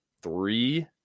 three